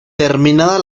terminada